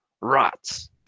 rats